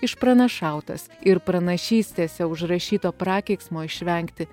išpranašautas ir pranašystėse užrašyto prakeiksmo išvengti